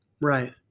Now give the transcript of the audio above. right